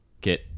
get